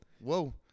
whoa